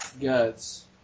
guts